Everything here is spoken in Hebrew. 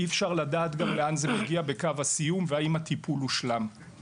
אי-אפשר לדעת גם לאן זה מגיע בקו הסיום והאם הטפול הושלם.